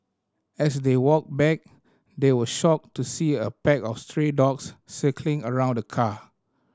as they walked back they were shocked to see a pack of stray dogs circling around the car